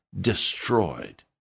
destroyed